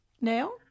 now